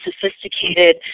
sophisticated